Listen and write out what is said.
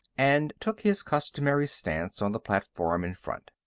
and took his customary stance on the platform in front.